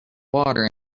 water